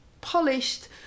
polished